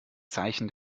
zeichen